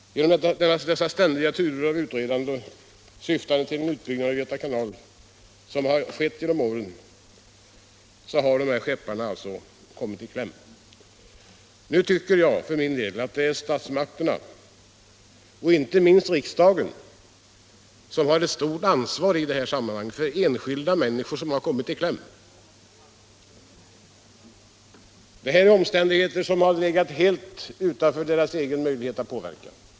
På grund av dessa turer med utredningar, som syftat till en utbyggnad av Göta kanal, har de här skepparna kommit i kläm. Nu tycker jag för min del att statsmakterna och inte minst riksdagen harett stort ansvar för dessa människor. De har kommit i kläm genom omständigheter som legat helt utanför deras egna möjligheter att påverka.